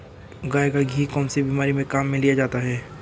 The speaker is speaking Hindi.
गाय का घी कौनसी बीमारी में काम में लिया जाता है?